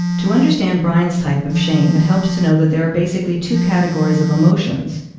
to understand brian's type of shame, it helps to know that there are basically two categories of emotions.